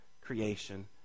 creation